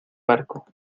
barco